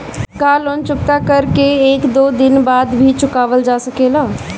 का लोन चुकता कर के एक दो दिन बाद भी चुकावल जा सकेला?